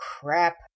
Crap